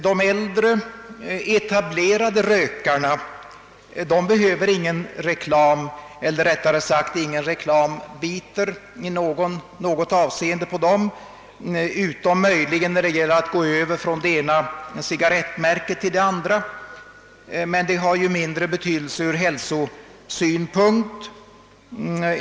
De äldre, etablerade rökarna behöver ingen reklam, eller rättare sagt: ingen reklam biter i något avseende på dem, utom möjligen när det gäller att gå över från det ena cigarrettmärket till det andra, men detta har ju mindre betydelse ur hälsosynpunkt.